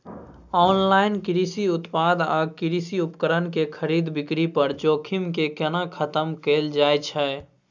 Online कृषि उत्पाद आ कृषि उपकरण के खरीद बिक्री पर जोखिम के केना खतम कैल जाए छै?